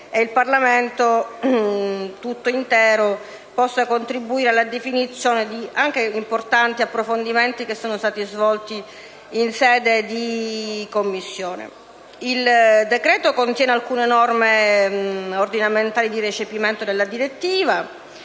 Il decreto-legge contiene alcune norme ordinamentali di recepimento della direttiva